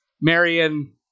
Marion